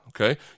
okay